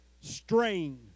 strain